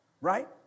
Right